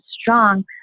strong